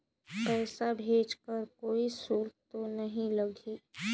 पइसा भेज कर कोई शुल्क तो नी लगही?